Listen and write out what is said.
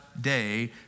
day